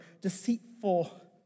deceitful